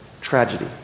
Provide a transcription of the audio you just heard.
tragedy